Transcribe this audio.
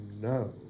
no